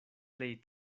plej